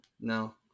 no